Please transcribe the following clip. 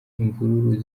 imvururu